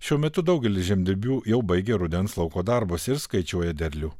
šiuo metu daugelis žemdirbių jau baigia rudens lauko darbus ir skaičiuoja derlių